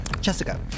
Jessica